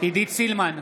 עידית סילמן,